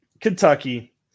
kentucky